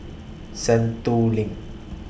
Sentul LINK